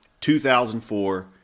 2004